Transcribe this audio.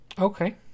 Okay